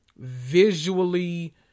visually